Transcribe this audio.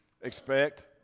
expect